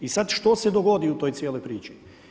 I sad što se dogodi u toj cijelo priči?